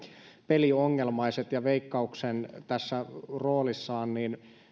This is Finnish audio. peliongelmaiset ja veikkauksen tässä roolissaan niin